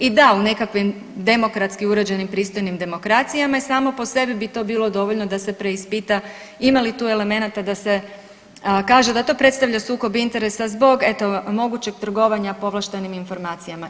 I da u nekakvim demokratskim uređenim pristojnim demokracijama samo po sebi bi to bilo dovoljno da se preispita ima li tu elemenata da se kaže da to predstavlja sukob interesa zbog eto mogućeg trgovanja povlaštenim informacijama.